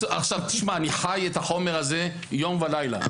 תשמע, אני חי את החומר הזה יום ולילה.